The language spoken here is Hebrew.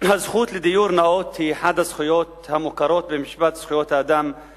הזכות לדיור נאות היא אחת מזכויות האדם המוכרות במשפט הבין-לאומי.